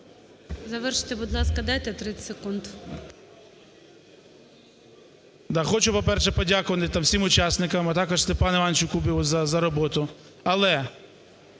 Завершуйте, будь ласка, дайте 30 секунд. МІРОШНІЧЕНКО І.В. Хочу, по-перше, подякувати всім учасникам, а також Степану Івановичу Кубіву за роботу. Але